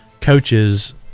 coaches